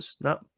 No